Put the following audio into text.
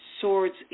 swords